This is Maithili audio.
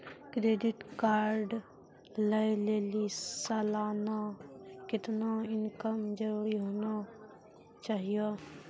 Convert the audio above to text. क्रेडिट कार्ड लय लेली सालाना कितना इनकम जरूरी होना चहियों?